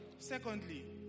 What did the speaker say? Secondly